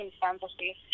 fantasy